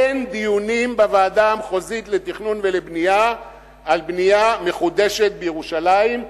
אין דיונים בוועדה המחוזית לתכנון ולבנייה על בנייה מחודשת בירושלים,